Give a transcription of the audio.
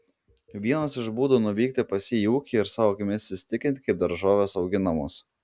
vienas iš būdų nuvykti pas jį į ūkį ir savo akimis įsitikinti kaip daržovės auginamos